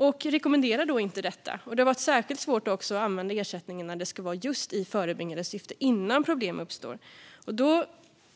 Man rekommenderar därför inte detta. Det har varit särskilt svårt att använda ersättningen just i förebyggande syfte, innan problem uppstår. Därmed